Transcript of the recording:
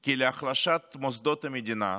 כי להחלשת מוסדות המדינה,